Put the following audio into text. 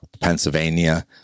Pennsylvania